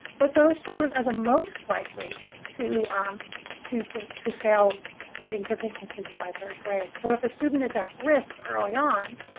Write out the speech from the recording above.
but those children are the most likely to um to fail reading proficiency by third grade. so if a student is at risk early on,